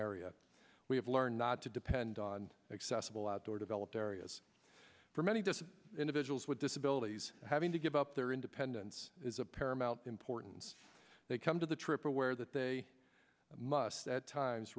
area we have learned not to depend on accessible outdoor developed areas for many to individuals with disabilities having to give up their independence is a paramount importance they come to the trip aware that they must at times